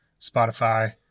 Spotify